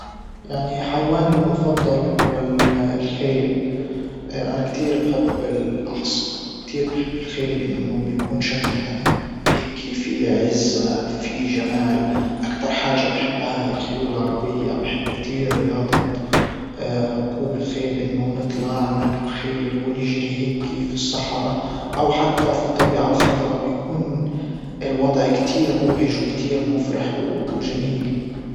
يعني حيواني المفضل هو الخيل? انا كتير بحب الاحصنة وكتير بحب الخيل انه بيكون شكلها هيكي في عزة في جمال اكتر حاجة بحبها الخيول العربية بحب كتير رياضة ركوب الخيل انه نطلع نركب خيل ونجري هيكي في الصحرا او حتى في الطبيعة الخضرا بيكون الوضع كتير مبهج وكتير مفرح وجميل.